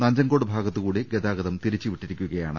നഞ്ചൻകോട് ഭാഗത്തുകൂടി ഗതാഗതം തിരിച്ചുവിട്ടിരിക്കു കയാണ്